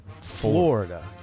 Florida